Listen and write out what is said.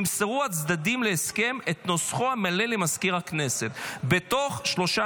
ימסרו הצדדים להסכם את נוסחו המלא למזכיר הכנסת בתוך שלושה